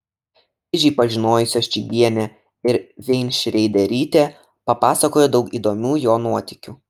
kižį pažinojusios čygienė ir veinšreiderytė papasakojo daug įdomių jo nuotykių